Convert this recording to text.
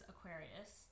Aquarius